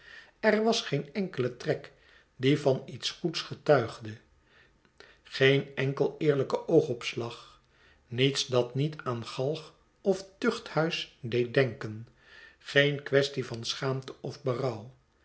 er was geen enkele trek die van iets goeds getuigde geen enkel eerlijke oogopslag niets dat niet aan galg of tuchthuis deed denken geen kwestie van schaamteofberouw zij